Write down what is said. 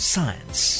Science